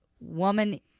Woman